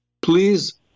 please